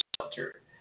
shelter